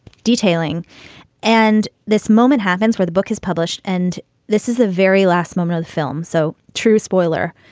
detailing and this moment happens where the book is published and this is the very last moment, the film so true spoiler.